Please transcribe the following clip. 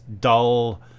dull